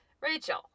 rachel